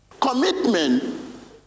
commitment